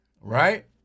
right